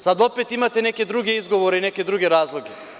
Sada opet imate neke druge izgovore i neke druge razloge.